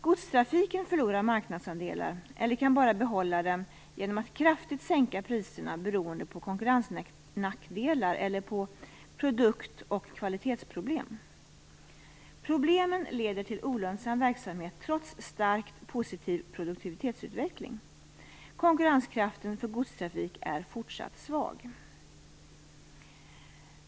Godstrafiken förlorar marknadsandelar eller kan bara behålla dem genom att kraftigt sänka priserna, beroende på konkurrensnackdelar eller på produkt och kvalitetsproblem. Problemen leder till olönsam verksamhet, trots starkt positiv produktivitetsutveckling. Konkurrenskraften för godstrafik är fortsatt svag.